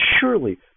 surely